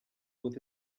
with